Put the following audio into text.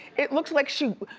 it looks like she.